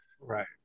Right